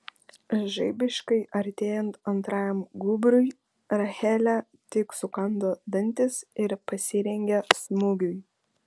žaibiškai artėjant antrajam gūbriui rachelė tik sukando dantis ir pasirengė smūgiui